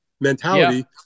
mentality